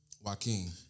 Joaquin